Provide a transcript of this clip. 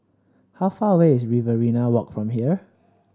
how far away is Riverina Walk from here